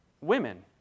women